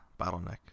bottleneck